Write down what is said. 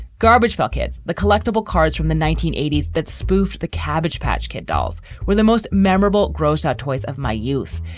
garbage buckets, the collectible cards from the nineteen eighty s that spoof the cabbage patch kid dolls were the most memorable grossed out toys of my youth,